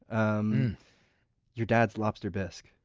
um your dad's lobster bisque.